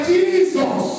Jesus